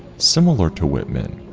similar to whitman,